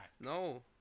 No